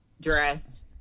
dressed